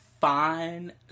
fine